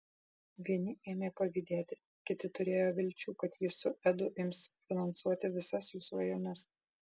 vieni ėmė pavydėti kiti turėjo vilčių kad ji su edu ims finansuoti visas jų svajones